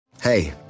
Hey